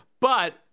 but-